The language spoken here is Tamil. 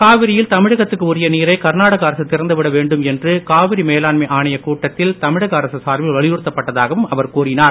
காவிரியில் தமிழகத்துக்கு உரிய நீரை கர்நாடக அரசு திறந்து விட வேண்டும் என்று காவிரி மேலாண்மை ஆணையக் கூட்டத்தில் தமிழக அரசு சார்பில் வலியுறுத்தப்பட்டதாகவும் அவர் கூறினார்